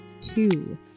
two